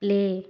play